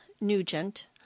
Nugent